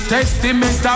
Testament